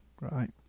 right